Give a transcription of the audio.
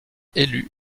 élu